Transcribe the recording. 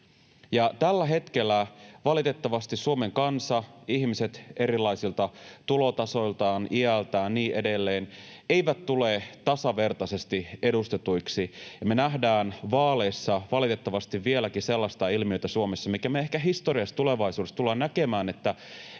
Tällä hetkellä valitettavasti Suomen kansa, ihmiset erilaisilta tulotasoilta, eri-ikäiset ja niin edelleen, ei tule tasavertaisesti edustetuksi, ja me nähdään vaaleissa valitettavasti vieläkin sellaista ilmiötä Suomessa, mikä me ehkä tulevaisuudessa tullaan historiasta näkemään, että